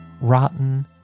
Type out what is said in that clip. rotten